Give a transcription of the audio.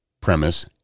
premise